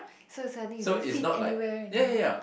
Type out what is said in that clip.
so suddenly you don't fit anyway anymore